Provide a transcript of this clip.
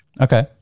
Okay